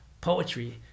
poetry